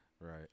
Right